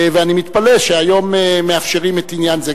ואני מתפלא שהיום מאפשרים עניין זה.